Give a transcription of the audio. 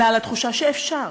אלא על התחושה שאפשר